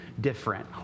different